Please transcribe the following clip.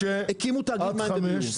הקימו תאגיד מים וביוב,